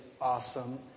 awesome